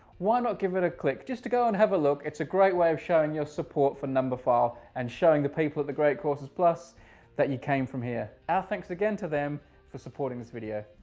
why not give it a click? just to go and have a look. it's a great way of showing your support for numberphile and showing the people at the great courses plus that you came from here. our thanks again to them for supporting this video.